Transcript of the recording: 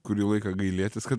kurį laiką gailėtis kad